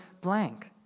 blank